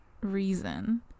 reason